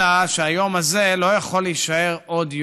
אלא שהיום הזה לא יכול להישאר עוד יום.